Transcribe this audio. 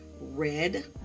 Red